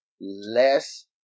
less